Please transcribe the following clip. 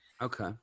Okay